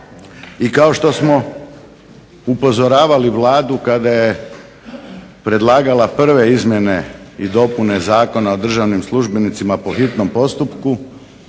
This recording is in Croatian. I kao što smo upozoravali Vladu kada predlagala prve izmjene i dopune Zakona o državnim službenicima po hitnom postupku,